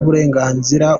uburenganzira